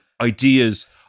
ideas